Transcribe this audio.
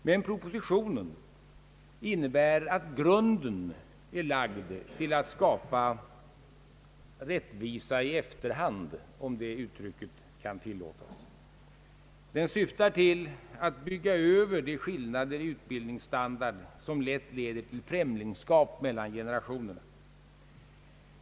Men propositionen innebär att grunden är lagd till att skapa rättvisa i efterhand, om det uttrycket kan tilllåtas. Den syftar till att brygga över de skillnader i utbildningsstandard som lätt leder till främlingskap mellan generationerna.